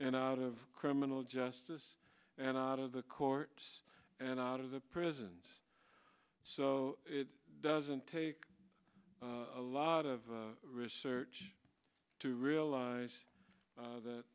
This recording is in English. and out of criminal justice and out of the courts and out of the prisons so it doesn't take a lot of research to realize that